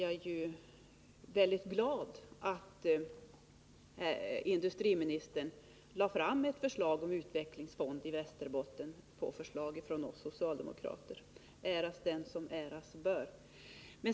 Jag är mycket glad över att industriministern på förslag från oss socialdemokrater — äras den som äras bör — lade fram ett förslag om inrättande av en utvecklingsfond i Västerbotten.